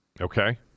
Okay